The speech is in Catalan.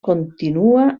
continua